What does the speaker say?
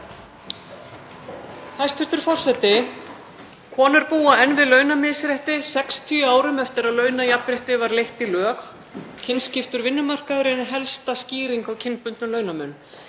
Hæstv. forseti. „Konur búa enn við launamisrétti 60 árum eftir að launajafnrétti var leitt í lög. Kynskiptur vinnumarkaður er ein helsta skýringin á kynbundnum launamun.“